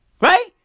Right